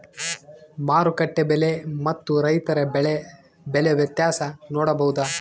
ಮಾರುಕಟ್ಟೆ ಬೆಲೆ ಮತ್ತು ರೈತರ ಬೆಳೆ ಬೆಲೆ ವ್ಯತ್ಯಾಸ ನೋಡಬಹುದಾ?